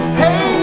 hey